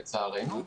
לצערנו.